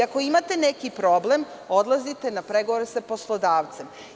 Ako imate neki problem, odlazite na pregovore sa poslodavcem.